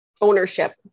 Ownership